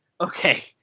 Okay